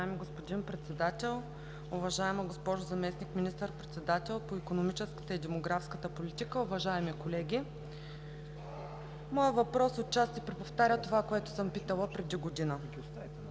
Моят въпрос отчасти преповтаря това, което съм питала преди година,